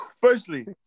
Firstly